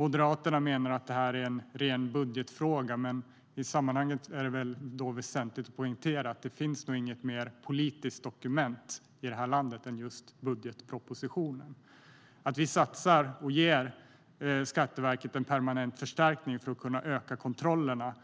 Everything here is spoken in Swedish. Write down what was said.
Moderaterna menar att det är en ren budgetfråga, men det är väsentligt att notera i sammanhanget att det nog inte finns något mer politiskt dokument i det här landet än just budgetpropositionen. Att vi satsar och ger Skatteverket en permanent förstärkning för att man ska kunna öka kontrollerna